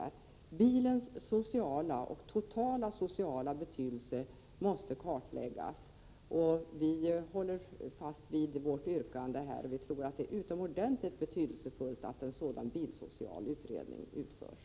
Vi vill kartlägga bilens totala sociala betydelse, och vi håller fast vid vårt yrkande. Det är utomordentligt betydelsefullt att en sådan bilsocial utredning utförs.